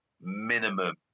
Minimum